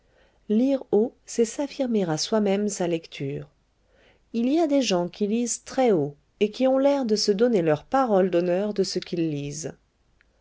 lire haut c'est s'affirmer à soi-même sa lecture il y a des gens qui lisent très haut et qui ont l'air de se donner leur parole d'honneur de ce qu'ils lisent